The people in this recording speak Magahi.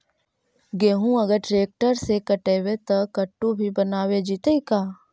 गेहूं अगर ट्रैक्टर से कटबइबै तब कटु भी बनाबे जितै का?